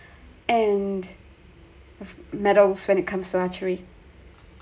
and of medals when it comes to archery